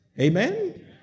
Amen